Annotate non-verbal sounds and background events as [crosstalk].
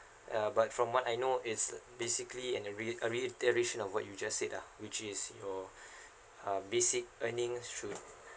uh but from what I know it's a basically and a reit~ a reiteration of what you just said ah which is your [breath] uh basic earnings through